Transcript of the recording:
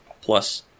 plus